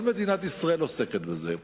כל מדינת ישראל עוסקת בזה,